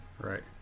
Right